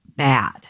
bad